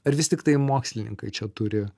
ar vis tiktai mokslininkai čia turi